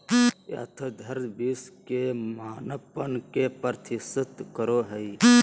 यथार्थ विश्व के मापन के प्रदर्शित करो हइ